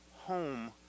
home